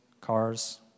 cars